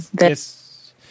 yes